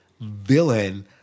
villain